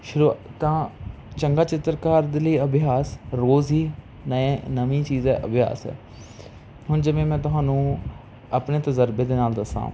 ਸ਼ੁਰ ਤਾਂ ਚੰਗਾ ਚਿੱਤਰਕਾਰ ਦੇ ਲਈ ਅਭਿਆਸ ਰੋਜ਼ ਹੀ ਨਏ ਨਵੀਂ ਚੀਜ਼ ਦਾ ਅਭਿਆਸ ਹੈ ਹੁਣ ਜਿਵੇਂ ਮੈਂ ਤੁਹਾਨੂੰ ਆਪਣੇ ਤਜ਼ਰਬੇ ਦੇ ਨਾਲ ਦੱਸਾਂ